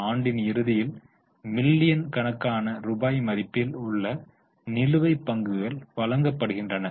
ஆண்டின் இறுதியில் மில்லியன்கணக்கான ரூபாய் மதிப்பில் உள்ள நிலுவை பங்குகள் வழங்கப்படுகின்றன